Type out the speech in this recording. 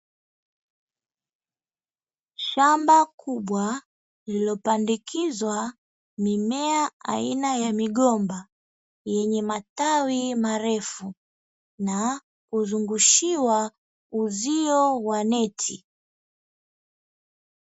Shamba kubwa lililopandikizwa mimea aina ya migomba yenye matawi marefu na kuzungushiwa uzio wa neti.